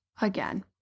again